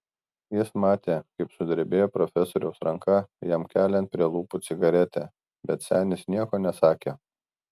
jis matė kaip sudrebėjo profesoriaus ranka jam keliant prie lūpų cigaretę bet senis nieko nesakė